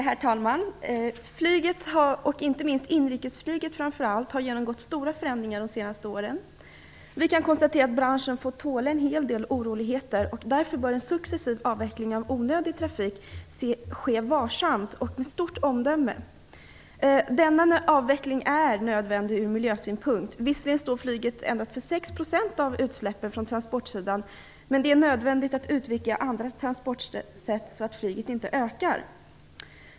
Herr talman! Flyget, inte minst inrikesflyget, har genomgått stora förändringar under de senaste åren. Vi kan konstatera att branschen har fått tåla en hel del oroligheter. Därför bör en successiv avveckling av onödig trafik ske varsamt och med stort omdöme. Denna avveckling är nödvändig från miljösynpunkt. Visserligen står flyget endast för sex procent av utsläppen på transportsidan, men det är ändå nödvändigt att utvidga andra transportsätt så att flyget inte ökar.